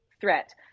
threat